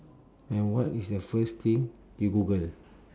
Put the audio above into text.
and what is the first thing you google